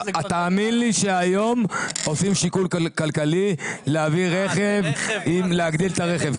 תאמין לי שהיום עושים שיקול כלכלי אם להגדיל את הרכב.